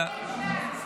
חרבות ברזל),